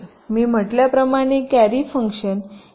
मी म्हटल्याप्रमाणे carry function ए